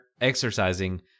exercising